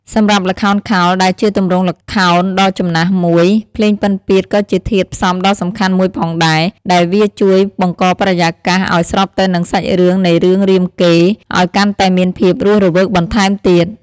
សម្រាប់ល្ខោនខោល ដែលជាទម្រង់ល្ខោនដ៏ចំណាស់មួយ ភ្លេងពិណពាទ្យក៏ជាធាតុផ្សំដ៏សំខាន់មួយផងដែរ ដែលវាជួយបង្កបរិយាកាសឱ្យស្របទៅនឹងសាច់រឿងនៃរឿងរាមកេរ្តិ៍ឲ្យកាន់តែមានភាពរស់រវើកបន្ថែមទៀត។